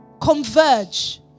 Converge